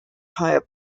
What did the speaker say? higher